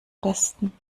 besten